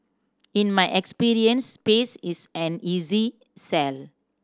in my experience space is an easy sell